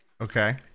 Okay